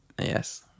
Yes